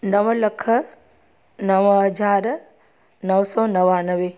नव लख नव हज़ार नव सौ नवानवे